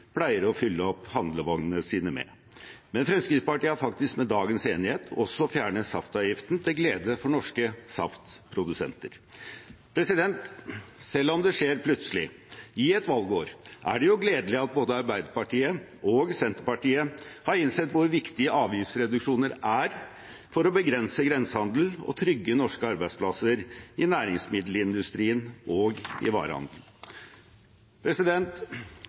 pleier å fylle opp handlevognene sine med, men Fremskrittspartiet har faktisk med dagens enighet også fjernet saftavgiften – til glede for norske saftprodusenter. Selv om det skjer plutselig, i et valgår, er det gledelig at både Arbeiderpartiet og Senterpartiet har innsett hvor viktig avgiftsreduksjoner er for å begrense grensehandel og trygge norske arbeidsplasser i næringsmiddelindustrien og i